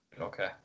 Okay